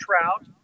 trout